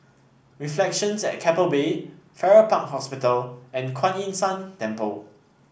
Reflections at Keppel Bay Farrer Park Hospital and Kuan Yin San Temple